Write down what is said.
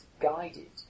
guided